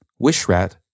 Wishrat